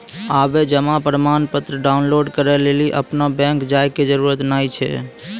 आबे जमा प्रमाणपत्र डाउनलोड करै लेली अपनो बैंक जाय के जरुरत नाय छै